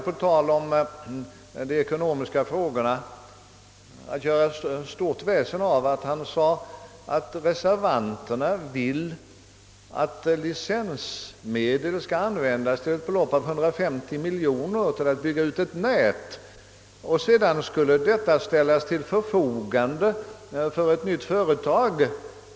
På tal om de ekonomiska frågorna gjorde herr Palme stort väsen av att reservanterna, som han påstod, ville att licensmedel till ett belopp av 150 miljoner kronor skulle användas för att bygga ut ett nät, som sedan skulle ställas till ett nytt företags förfogande.